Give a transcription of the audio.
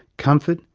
comfort,